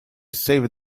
saved